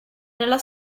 nella